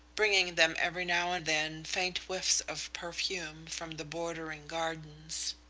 bringing them every now and then faint whiffs of perfume from the bordering gardens.